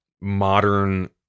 modern